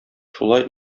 шулай